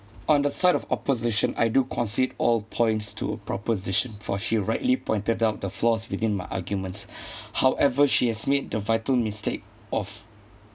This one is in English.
on the side of opposition I do concede all points to proposition for she rightly pointed out the flaws within my arguments however she has made the vital mistake of